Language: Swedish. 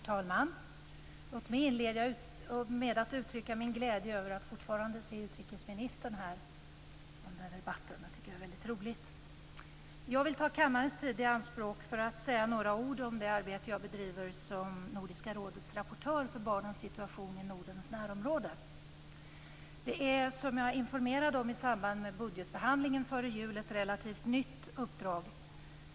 Herr talman! Låt mig inleda med att uttrycka min glädje över att utrikesministern fortfarande är här. Det tycker jag är väldigt roligt. Jag vill ta kammarens tid i anspråk för att säga några ord om det arbete jag bedriver som Nordiska rådets rapportör för barnens situation i Nordens närområde. Det är, som jag informerade om i samband med budgetbehandlingen före jul, ett relativt nytt uppdrag.